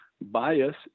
Bias